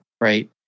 Right